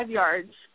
yards